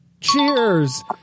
Cheers